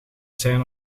zijn